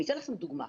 אני אתן לכם דוגמה.